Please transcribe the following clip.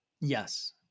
Yes